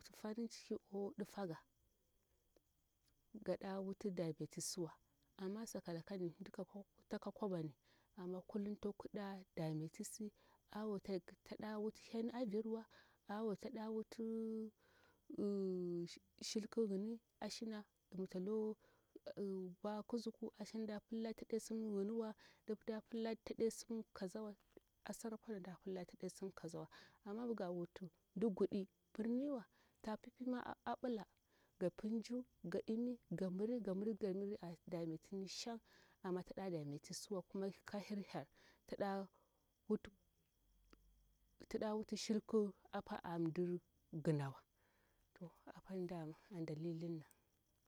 Farin ciki o ɗifaga gaɗa wuti dametisiwa amma sakalakani mɗi ka kwabani amma kullum to kiɗa dametizi awo taɗawuti heni avirwa awo tsaɗawuti silku yini ashina mitalo mbwa kuzuku ashina mda pilla taɗe sim suyiniwa ɗip mda pilla tsa ɗe sim kazawa apsara ponda mɗapilla tsaɗe sim kazawa amma gawuti mdu mguɗi mirniuwa ta pipima aɓila ga pinshu ga imi ga miri ga miri ga miri a dametini shan ama tsa ɗa dametiziwa kuma ka hiril hel taɗa wuti shilku apa amdir ginawa toh apan dama an dalilin na.